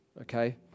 Okay